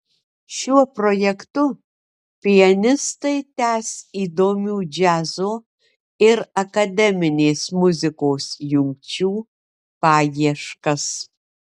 šiuo projektu pianistai tęs įdomių džiazo ir akademinės muzikos jungčių paieškas